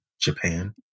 Japan